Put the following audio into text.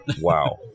Wow